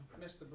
Mr